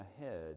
ahead